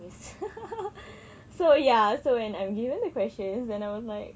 so ya so when I'm given the question then I was like